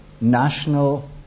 national